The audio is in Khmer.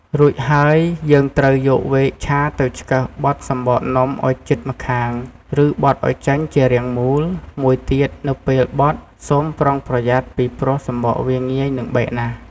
រួចហើយ យើងត្រូវយកវែកឆាទៅឆ្កឹះបត់សំបកនំឱ្យជិតម្ខាង ឬ បត់ឱ្យចេញជារាងមូល មួយទៀត នៅពេលបត់ សូមប្រុងប្រយ័ត្នពីព្រោះសំបកវាងាយនឹងបែកណាស់។